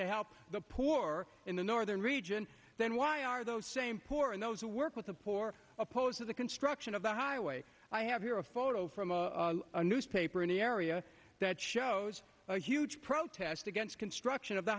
to help the poor in the northern region then why are those same poor and those who work with the poor opposed to the construction of the highway i have here a photo from a newspaper in the area that shows a huge protest against construction of the